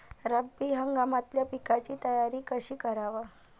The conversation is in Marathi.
रब्बी हंगामातल्या पिकाइची तयारी कशी कराव?